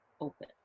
open